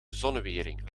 zonnewering